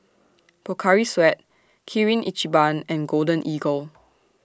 Pocari Sweat Kirin Ichiban and Golden Eagle